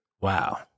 Wow